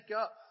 up